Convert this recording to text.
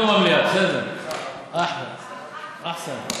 דיון במליאה, בסדר, אחסן.